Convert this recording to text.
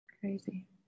Crazy